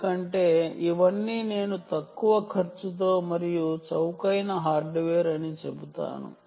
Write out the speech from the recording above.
ఎందుకంటే ఇవన్నీ నేను తక్కువ ఖర్చుతో మరియు చౌకైన హార్డ్వేర్ అని చెబుతాను